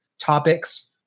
topics